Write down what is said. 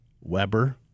Weber